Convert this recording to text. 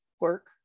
work